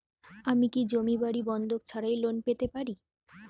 আমি কি জমি বাড়ি বন্ধক ছাড়াই লোন পেতে পারি?